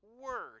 word